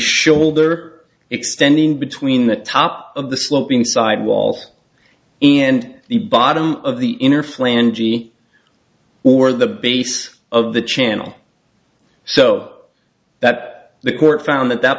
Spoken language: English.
shoulder extending between the top of the sloping side wall and the bottom of the inner flange the or the base of the channel so that the court found that that